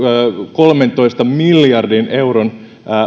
kolmentoista miljardin euron